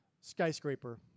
skyscraper